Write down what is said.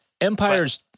Empire's—